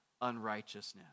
unrighteousness